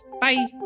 Bye